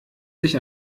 sich